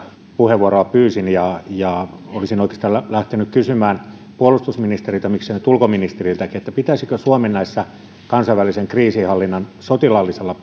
puheenvuoroa pyysin ja ja olisin oikeastaan lähtenyt kysymään puolustusministeriltä miksei nyt ulkoministeriltäkin että pitäisikö suomen kansainvälisen kriisinhallinnan sotilaallisella